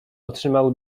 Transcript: otrzymał